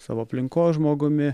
savo aplinkos žmogumi